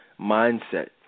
mindset